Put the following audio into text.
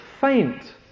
faint